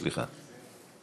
סליחה.